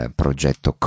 progetto